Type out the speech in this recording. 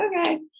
okay